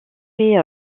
fait